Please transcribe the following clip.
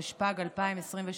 התשפ"ג 2023,